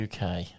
UK